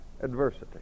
adversity